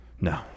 No